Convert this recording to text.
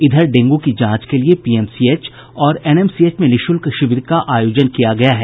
इधर डेंगू की जांच के लिए पीएमसीएच और एनएमसीएच में निःशुल्क शिविर का आयोजन किया गया है